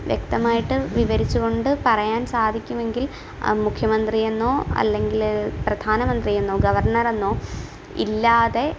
വ്യക്തമായിട്ട് വിവരിച്ചുകൊണ്ട് പറയാൻ സാധിക്കുമെങ്കിൽ മുഖ്യമന്ത്രിയെന്നോ അല്ലെങ്കിൽ പ്രധാനമന്ത്രിയെന്നോ ഗവർണറെന്നോ ഇല്ലാതെ